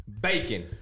bacon